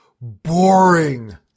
boring